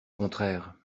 contraire